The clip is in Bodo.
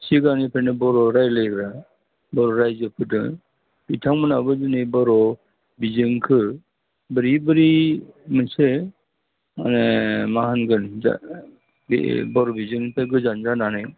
सिगांनिफ्रायनो बर' रायज्लायग्रा बर' रायजोफोर दङ बिथांमोनाबो दिनै बर' बिजोंखौ बोरै बोरै मोनसे माने मा होनगोन जा बे बर' बिजोंनिफ्राय गोजान जानानै